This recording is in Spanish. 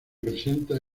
presenta